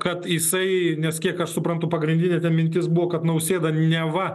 kad jisai nes kiek aš suprantu pagrindinė mintis buvo kad nausėda neva